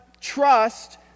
Trust